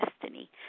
destiny